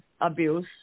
abuse